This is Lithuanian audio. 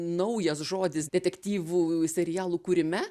naujas žodis detektyvų serialų kūrime